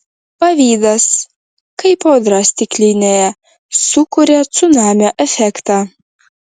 pavydas kaip audra stiklinėje sukuria cunamio efektą